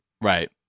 Right